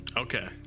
Okay